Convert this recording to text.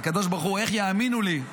הקדוש ברוך הוא: איך יאמינו לי?